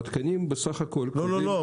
התקנים בסך הכל --- לא, לא, לא.